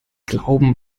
glauben